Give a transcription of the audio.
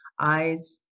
eyes